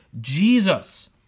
Jesus